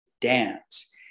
dance